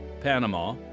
Panama